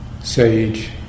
Sage